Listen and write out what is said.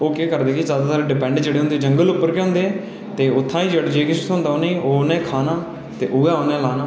ओह् केह् करदे कि जैदातर ओह् डिपेंड जेह्ड़े होंदे जंगल उप्पर गै होंदे ते उत्थूं जे किश थ्होंदा उ'नें ई ओह् उ'नें खाना ते उ'ऐ उ'नें लाना